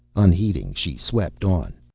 unheeding, she swept on.